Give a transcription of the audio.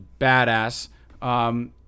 badass